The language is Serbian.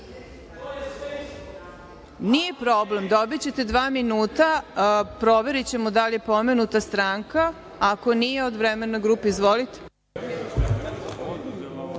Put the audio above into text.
problem. Dobićete dva minuta. Proverićemo da li je pomenuta stranka. Ako nije, od vremena grupe. Izvolite.